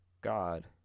God